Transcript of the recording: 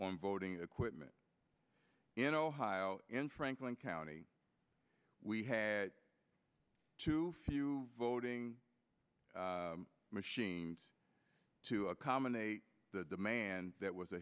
on voting equipment in ohio in franklin county we had two few voting machines to accommodate the demand that was a